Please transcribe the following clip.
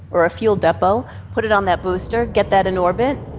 or a fuel depot, put it on that booster, get that in orbit,